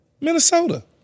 minnesota